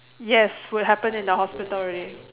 yes will happen in the hospital already